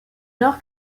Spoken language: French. nord